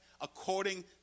according